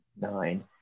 nine